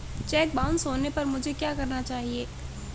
Check bounce होने पर मुझे क्या करना चाहिए?